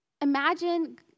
imagine